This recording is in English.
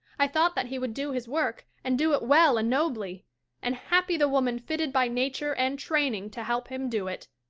i thought that he would do his work and do it well and nobly and happy the woman fitted by nature and training to help him do it.